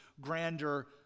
grander